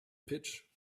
pitch